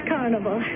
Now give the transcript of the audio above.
Carnival